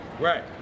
Right